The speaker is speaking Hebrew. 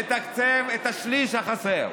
לתקצב את השליש החסר,